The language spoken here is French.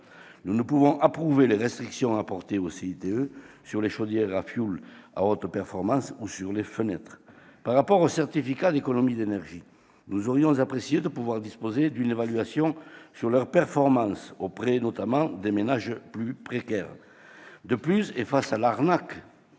nous ne pouvons en revanche approuver les restrictions apportées sur les chaudières à fioul à haute performance ou sur les fenêtres. Par rapport aux certificats d'économies d'énergie, nous aurions apprécié de disposer d'une évaluation de leurs performances auprès, notamment, des ménages les plus précaires. De plus, et face à l'arnaque